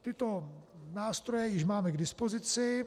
Tyto nástroje již máme k dispozici.